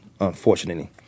unfortunately